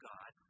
God